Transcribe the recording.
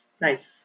nice